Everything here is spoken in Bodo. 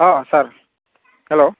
अ सार हेलौ